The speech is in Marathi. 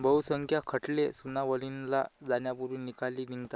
बहुसंख्य खटले सुनावणीला जाण्यापूर्वी निकाली निघतात